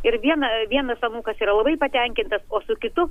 ir vieną vienas anūkas yra labai patenkintas o su kitu